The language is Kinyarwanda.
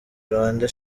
rwanda